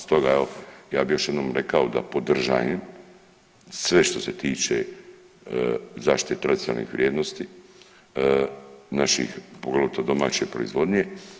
Stoga evo ja bih još jednom rekao da podržajem sve što se tiče zaštite tradicionalnih vrijednosti naših poglavito domaće proizvodnje.